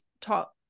talk